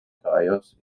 caballos